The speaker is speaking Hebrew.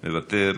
מוותר,